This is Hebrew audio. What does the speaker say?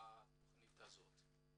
בתכנית הזאת.